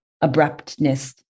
abruptness